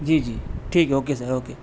جی جی ٹھیک ہے اوکے سر اوکے